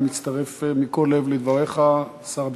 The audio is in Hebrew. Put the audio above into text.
אני מצטרף מכל לב לדבריך, שר הביטחון.